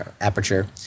aperture